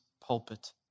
pulpit